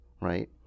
Right